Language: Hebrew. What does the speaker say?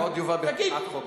זה עוד יובא בהצעת חוק.